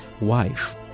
wife